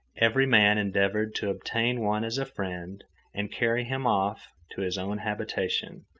every man endeavoured to obtain one as a friend and carry him off to his own habitation,